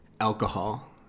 alcohol